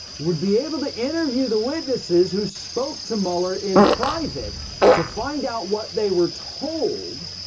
would be able to interview the witnesses who spoke to mueller in private to find out what they were told